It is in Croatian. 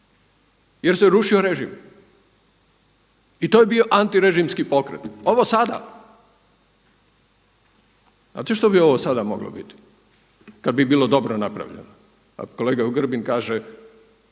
jer se rušio režim. I to je bio antirežimski pokret. Ovo sada, znate što bi ovo sada moglo biti kada bi bilo dobro napravljeno? Kolega Grbin kaže